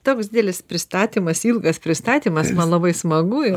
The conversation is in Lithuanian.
toks didelis pristatymas ilgas pristatymas man labai smagu